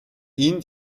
ihn